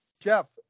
Jeff